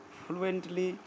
fluently